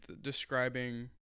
describing